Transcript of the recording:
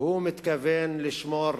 הוא מתכוון לשמור